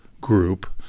group